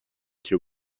qui